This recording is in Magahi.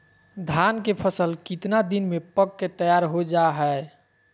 धान के फसल कितना दिन में पक के तैयार हो जा हाय?